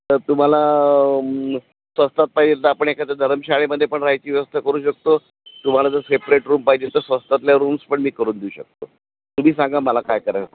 तर तुम्हाला स्वस्तात पाहिजे तर आपण एखादं धर्मशाळेमध्ये पण राहायची व्यवस्था करू शकतो तुम्हाला जर सेपरेट रूम पाहिजे तर स्वस्तातल्या रूम्स पण मी करून देऊ शकतो तुम्ही सांगा मला काय करा